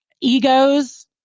egos